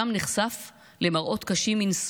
שם נחשף למראות קשים מנשוא.